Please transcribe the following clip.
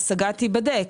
ההשגה תיבדק.